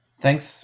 Thanks